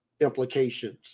implications